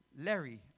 Larry